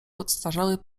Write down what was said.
podstarzały